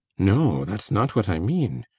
no, that's not what i mean.